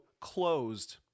closed